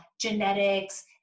genetics